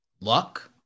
Luck